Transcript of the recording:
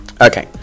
Okay